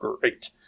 great